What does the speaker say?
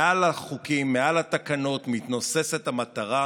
מעל החוקים, מעל התקנות, מתנוססת המטרה,